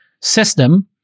system